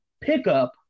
pickup